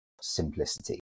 simplicity